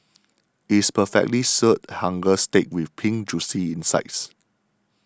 it is perfectly Seared Hanger Steak with Pink Juicy insides